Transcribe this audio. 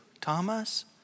Thomas